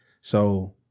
So-